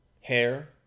hair